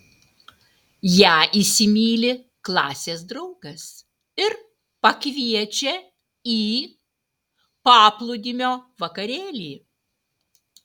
ją įsimyli klasės draugas ir pakviečia į paplūdimio vakarėlį